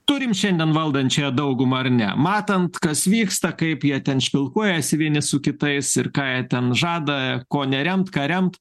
turim šiandien valdančiąją daugumą ar ne matant kas vyksta kaip jie ten špilkuojasi vieni su kitais ir ką jie ten žada ko neremt ką remt